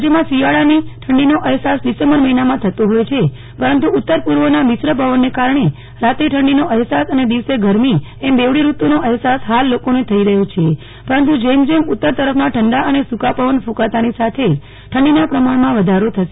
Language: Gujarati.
રાજ્યમાં શિયાળાની ઠંડીનો અહેસાસ ડીસેમ્બર મહિનામાં થતો હોય છે પરંતુ ઉત્તર પૂર્વના મિશ્ર પવનને કારણે રાતે ઠંડીનો અહેસાસ અને દિવસે ગરમી એમ બેવડી ઋતુનો અહેસાસ હાલ લોકોને થઇ રહ્યો છે પરંતુ જેમ જેમ ઉત્તર તરફના ઠંડા અને સુકા પવન ક્રન્કાતાની અઠે જ ઠંડીના પ્રમાણમાં વધારો થશે